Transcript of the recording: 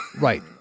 Right